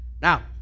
Now